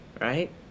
right